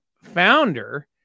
founder